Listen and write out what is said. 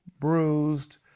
bruised